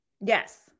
Yes